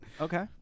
Okay